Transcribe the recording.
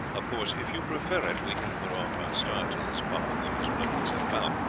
of course, if you prefer it, we can put off our start till this puff of wind has blown itself out.